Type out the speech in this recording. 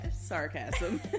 sarcasm